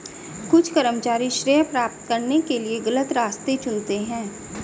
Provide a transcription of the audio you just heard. कुछ कर्मचारी श्रेय प्राप्त करने के लिए गलत रास्ते चुनते हैं